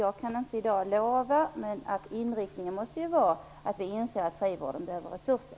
Jag kan alltså inte i dag lova något, men inriktningen måste vara att inse att frivården behöver resurser.